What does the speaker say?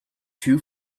too